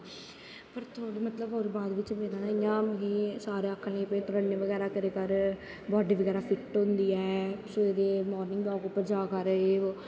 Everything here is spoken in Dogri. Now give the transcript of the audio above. फिर थोह्ड़ी मतलव ओह्दे बाद इयां मतलव सारे आक्खन लगे रनिंग बगैरा करे कर बॉडी बगैरा फिट्ट होंदी ऐ फिर मार्निंग बॉक उप्पर जा कर